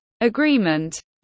agreement